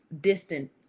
distant